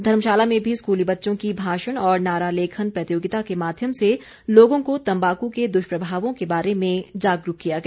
धर्मशाला में भी स्कूली बच्चों की भाषण और नारा लेखन प्रतियोगिता के माध्यम से लोगों को तंबाकू के दुष्प्रभावों के बारे में जागरूक किया गया